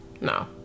No